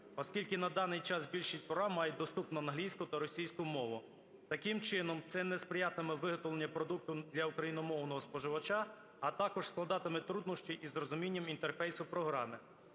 оскільки на даний час більшість прав мають доступну англійською та російською мовами. Таким чином, це не сприятиме виготовленню продукту для україномовного споживача, а також складатиме труднощі із розумінням інтерфейсу програми.